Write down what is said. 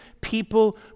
people